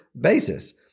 basis